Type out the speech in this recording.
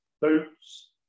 Boots